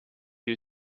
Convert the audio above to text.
you